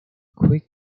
quick